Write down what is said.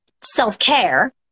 self-care